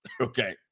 Okay